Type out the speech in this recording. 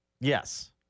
Yes